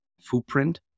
footprint